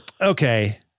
okay